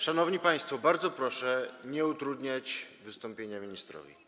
Szanowni państwo, bardzo proszę nie utrudniać wystąpienia ministrowi.